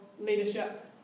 leadership